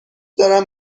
دارم